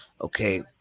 Okay